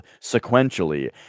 sequentially